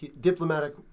diplomatic